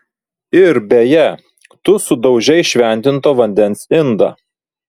ir beje tu sudaužei šventinto vandens indą